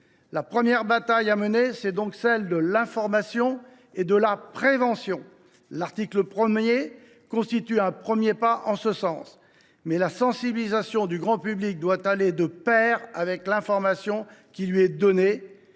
La première bataille à mener est donc celle de l’information et de la prévention. L’article 1 constitue un premier pas dans cette direction. Cependant, la sensibilisation du grand public doit aller de pair avec l’information qui lui est fournie.